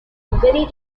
very